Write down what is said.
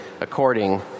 according